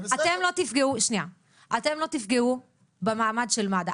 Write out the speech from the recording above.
אתם לא תפגעו במעמד של מד"א,